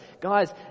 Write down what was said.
guys